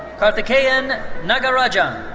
karthikeyan nagarajan.